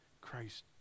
Christ